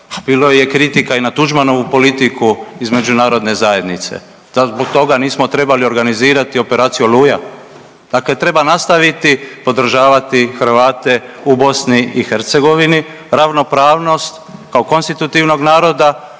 bilo je kritika i na Tuđmanovu politiku iz međunarodne zajednice, dal zbog toga nismo trebali organizirati operaciju Oluja, dakle treba nastaviti podržavati Hrvate u BiH, ravnopravnost kao konstitutivnog naroda,